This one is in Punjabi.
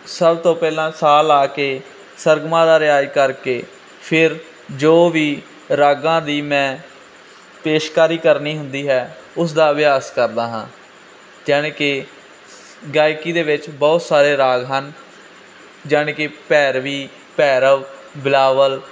ਸਭ ਤੋਂ ਪਹਿਲਾਂ ਸਾਹ ਲਾ ਕੇ ਸਰਗਮਾ ਦਾ ਰਿਆਜ਼ ਕਰਕੇ ਫਿਰ ਜੋ ਵੀ ਰਾਗਾਂ ਦੀ ਮੈਂ ਪੇਸ਼ਕਾਰੀ ਕਰਨੀ ਹੁੰਦੀ ਹੈ ਉਸ ਦਾ ਅਭਿਆਸ ਕਰਦਾ ਹਾਂ ਜਾਨੀ ਕਿ ਗਾਇਕੀ ਦੇ ਵਿੱਚ ਬਹੁਤ ਸਾਰੇ ਰਾਗ ਹਨ ਯਾਨੀ ਕਿ ਭੈਰਵੀ ਭੈਰਵ ਬਿਲਾਵਲ